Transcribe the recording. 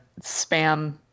spam